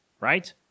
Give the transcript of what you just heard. right